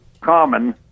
common